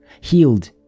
healed